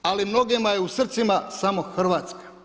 Ali mnogima je u srcima samo Hrvatska.